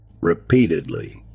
Repeatedly